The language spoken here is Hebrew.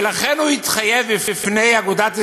ולכן הוא התחייב בפני אגודת ישראל,